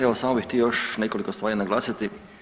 Evo samo bi htio još nekoliko stvari naglasiti.